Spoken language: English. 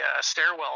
stairwell